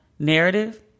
narrative